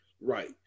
right